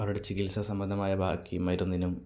അവരുടെ ചികിത്സ സംബന്ധമായ ബാക്കി മരുന്നിനും